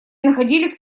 находились